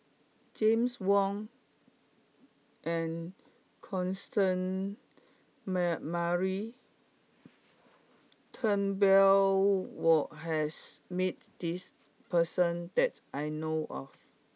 James Wong and Constance Mary Turnbull were has met this person that I know of